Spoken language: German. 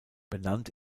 benannt